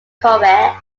corbett